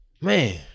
man